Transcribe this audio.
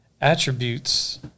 attributes